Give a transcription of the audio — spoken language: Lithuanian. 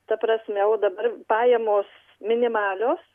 ta prasme o dabar pajamos minimalios